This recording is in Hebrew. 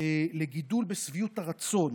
ולגידול בשביעות הרצון